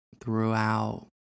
throughout